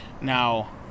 Now